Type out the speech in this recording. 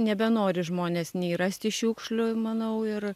nebenori žmonės nei rasti šiukšlių manau ir